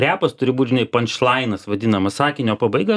repas turi būt žinai pančlainas vadinamas sakinio pabaiga